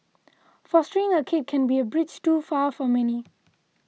fostering a kid can be a bridge too far for many